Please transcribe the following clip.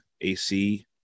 AC